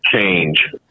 Change